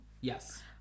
Yes